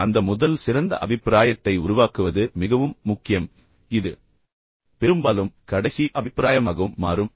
மேலும் அந்த முதல் சிறந்த அபிப்பிராயத்தை உருவாக்குவது மிகவும் முக்கியம் இது பெரும்பாலும் கடைசி அபிப்பிராயமாகவும் மாறும்